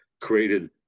created